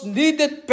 needed